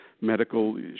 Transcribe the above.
medical